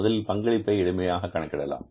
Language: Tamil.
முதலில் பங்களிப்பை எளிமையாக கணக்கிடலாம்